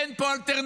אין פה אלטרנטיבה?